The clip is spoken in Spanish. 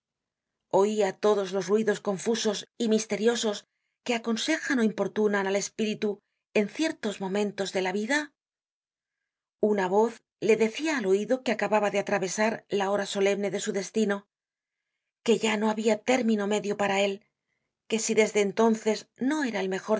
d oia todos los ruidos confusos y misteriosos que aconsejan ó importunan al espíritu en ciertos momentos de la vida una voz le decia al oido que acababa de atravesar la hora solemne de su destino que ya no habia término medio para él que si desde entonces no era el mejor